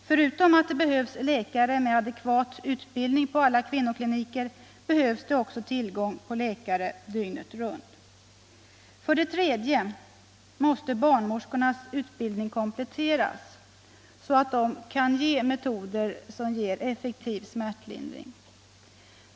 Förutom att det behövs läkare med adekvat utbildning på alla kvinnokliniker behöver man alltså ha tillgång till läkare dygnet runt. För det tredje måste barnmorskornas utbildning kompletteras så att de kan tillämpa de metoder som ger effektiv smärtlindring.